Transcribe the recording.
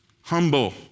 humble